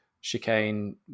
chicane